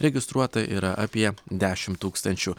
registruota yra apie dešimt tūkstančių